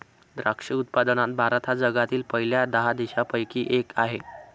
द्राक्ष उत्पादनात भारत हा जगातील पहिल्या दहा देशांपैकी एक आहे